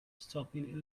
stopping